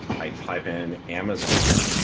i type in amazon.